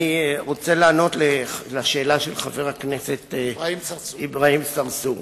אני רוצה לענות לשאלה של חבר הכנסת אברהים צרצור.